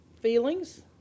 feelings